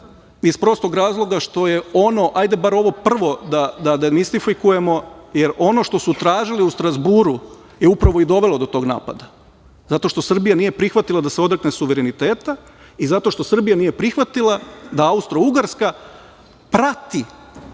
iz prostog razloga što je ono, ajde bar ovo prvo da demistifikujemo, jer ono što su tražili u Strazburu je upravo i dovelo do tog napada – zato što Srbija nije prihvatila da se odrekne suvereniteta i zato što Srbija nije prihvatila da Austro-ugarska prati